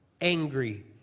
angry